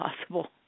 possible